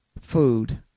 food